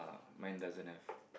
mine doesn't have